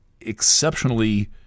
exceptionally